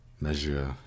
Measure